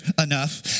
enough